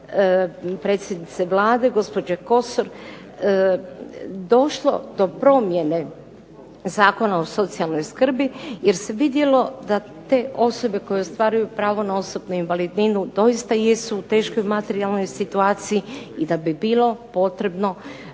predsjednice Vlade, gospođe Kosor, došlo do promjene Zakona o socijalnoj skrbi jer se vidjelo da te osobe koje ostvaruju pravo na osobnu invalidninu doista jesu u teškoj materijalnoj situaciji i da bi bilo potrebno